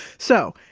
so,